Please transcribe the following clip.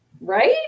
right